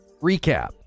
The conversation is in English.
Recap